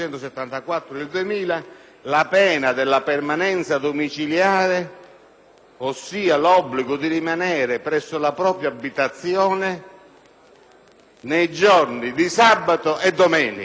ossia l'obbligo di rimanere presso la propria abitazione nei giorni di sabato e domenica. Ma voi riuscite ad immaginare l'irregolare